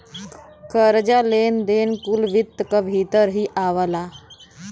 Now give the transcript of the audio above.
कर्जा, लेन देन कुल वित्त क भीतर ही आवला